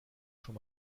schon